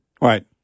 Right